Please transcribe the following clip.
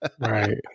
Right